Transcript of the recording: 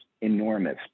enormous